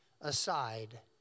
aside